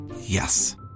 Yes